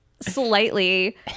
Slightly